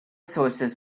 sources